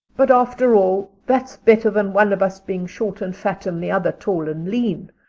but after all that's better than one of us being short and fat and the other tall and lean,